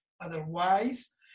otherwise